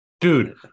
Dude